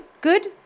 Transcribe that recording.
good